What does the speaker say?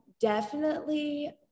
definitely-